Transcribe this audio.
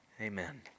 amen